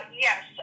Yes